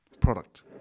product